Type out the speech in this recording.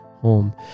home